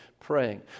praying